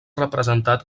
representat